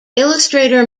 illustrator